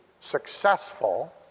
successful